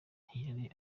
ntiyari